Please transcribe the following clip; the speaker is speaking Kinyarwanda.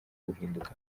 guhinduka